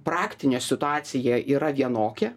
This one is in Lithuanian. praktinė situacija yra vienokia